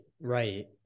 Right